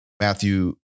Matthew